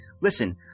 listen